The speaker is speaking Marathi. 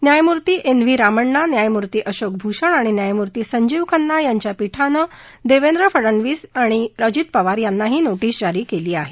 न्यायमूर्ती एन व्ही रामण्णा न्यायमूर्ती अशोक भूषण आणि न्यायमूर्ती संजीव खन्ना यांच्या पीठानं देवेंद्र फडनवीस आणि अजित पवार यांनाही नोषिके जारी केली आहे